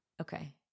Okay